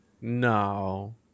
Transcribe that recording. No